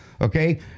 Okay